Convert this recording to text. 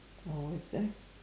oh is there